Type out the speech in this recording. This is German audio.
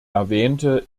erwähnte